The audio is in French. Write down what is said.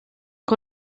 que